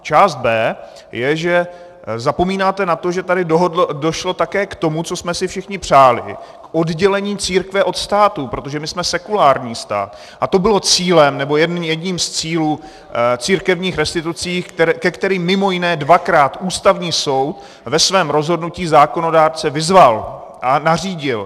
Část B je, že zapomínáte na to, že tady došlo také k tomu, co jsme si všichni přáli, oddělení církve od státu, protože my jsme sekulární stát, a to bylo cílem, nebo jedním z cílů církevních restitucí, ke kterým mimo jiné dvakrát Ústavní soud ve svém rozhodnutí zákonodárce vyzval a nařídil.